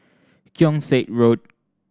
Keong Saik Road